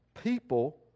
people